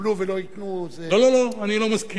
שיקבלו ולא ייתנו זה, לא, לא, לא, אני לא מסכים.